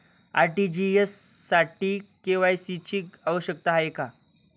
RTGS साठी KYC ची आवश्यकता आहे का?